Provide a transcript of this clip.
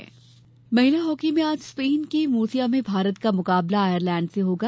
महिला हॉकी महिला हॉकी में आज स्पेन के मुर्सिया में भारत का मुकाबला आयरलेंड से होगा